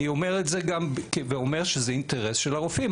אני אומר שזה אינטרס של הרופאים.